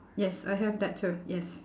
yes I have that too yes